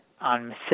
on